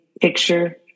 picture